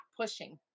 pushing